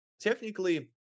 Technically